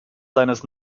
seines